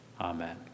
amen